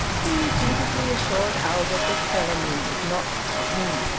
he repeatedly assured albert that felonry was not for him.